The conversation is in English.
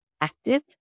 active